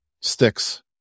sticks